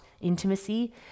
intimacy